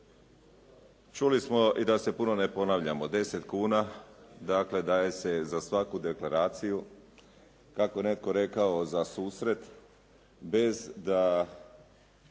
Čuli smo i da se puno ne ponavljamo, 10 kuna dakle daje se za svaku deklaraciju, kako je netko rekao, za susret bez da